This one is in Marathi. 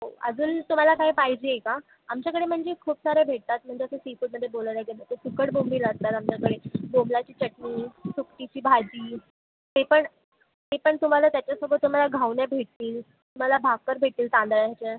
हो अजून तुम्हाला काही पाहिजे आहे का आमच्याकडे म्हणजे खूप सारे भेटतात म्हटलं तर सी फूडमध्ये बोलायला गेलं तर सुकट बोंबील असतात आमच्याकडे बोंबलाची चटणी सुकटीची भाजी ते पण ते पण तुम्हाला त्याच्यासोबत तुम्हाला घावने भेटतील तुम्हाला भाकर भेटतील तांदळाच्या